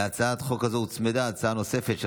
להצעת החוק הזאת הוצמדה הצעה נוספת, של